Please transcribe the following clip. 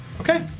okay